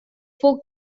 for